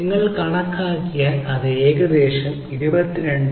നിങ്ങൾ കണക്കാക്കിയാൽ അത് ഏകദേശം 22